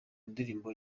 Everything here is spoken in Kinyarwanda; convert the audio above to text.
ndirimbo